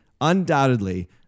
undoubtedly